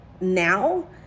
now